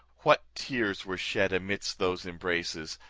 what tears were shed amidst those embraces!